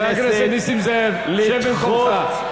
חבר הכנסת נסים זאב, שב במקומך.